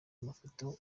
amafoto